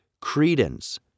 credence